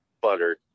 butter